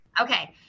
Okay